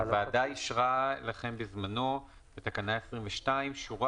הוועדה אישרה לכם בזמנו בתקנה 22 שורה